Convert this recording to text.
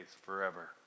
forever